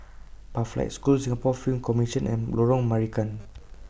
Pathlight School Singapore Film Commission and Lorong Marican